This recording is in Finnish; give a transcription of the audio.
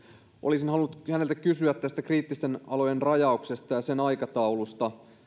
olisin halunnut häneltä kysyä tästä kriittisten alojen rajauksesta ja sen aikataulusta